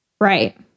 Right